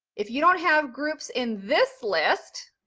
if you don't have groups in this list,